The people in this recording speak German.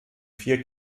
vier